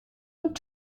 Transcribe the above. und